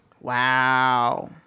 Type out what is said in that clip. Wow